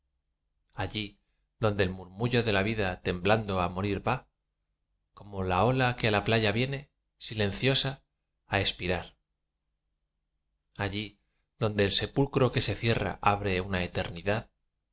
allí donde el murmullo de la vida temblando á morir va como la ola que á la playa viene silenciosa á expirar allí donde el sepulcro que se cierra abre una eternidad